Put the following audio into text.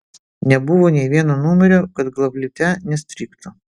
nebuvo nė vieno numerio kad glavlite nestrigtų